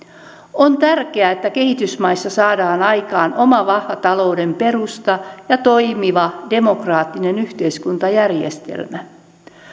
on tärkeää että kehitysmaissa saadaan aikaan oma vahva talouden perusta ja toimiva demokraattinen yhteiskuntajärjestelmä